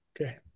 Okay